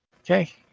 Okay